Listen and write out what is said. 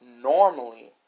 normally